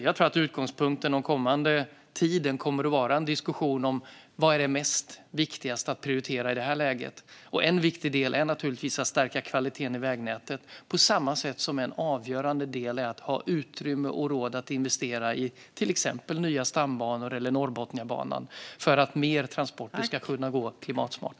Jag tror att utgångspunkten den kommande tiden kommer att vara en diskussion om vad som är viktigast att prioritera i detta läge. En viktig del är givetvis att stärka kvaliteten i vägnätet liksom att ha utrymme och råd att investera i till exempel nya stambanor och Norrbotniabanan för att fler transporter ska kunna gå klimatsmart.